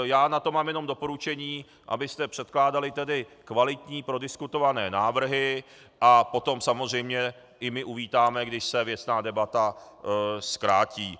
Já na to mám jenom doporučení, abyste předkládali kvalitní prodiskutované návrhy, a potom samozřejmě i my uvítáme, když se věcná debata zkrátí.